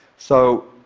so